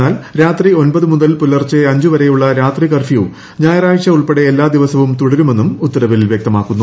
എന്നാൽ രാത്രി ഒൻപതു മുതൽ പുലർച്ചെ അഞ്ചുവരെയുള്ള രാത്രി കർഫ്യൂ ഞായറാഴ്ച ഉൾപ്പെടെ എല്ലാ ദിവസവും തുടരുമെന്നും ഉത്തരവിൽ വൃക്തമാക്കുന്നു